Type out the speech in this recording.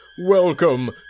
Welcome